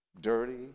dirty